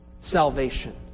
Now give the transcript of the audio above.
salvation